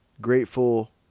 grateful